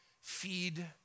feed